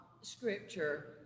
scripture